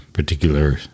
particular